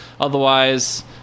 Otherwise